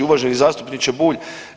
Uvaženi zastupniče Bulj.